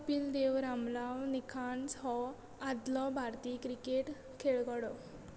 कपील देव रामराव निखान्स हो आदलो भारतीय क्रिकेट खेळगडो